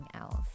else